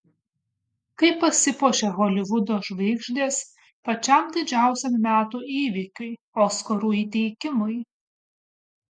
kaip pasipuošia holivudo žvaigždės pačiam didžiausiam metų įvykiui oskarų įteikimui